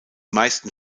meisten